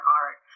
art